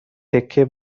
تکه